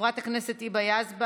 חברת הכנסת היבה יזבק,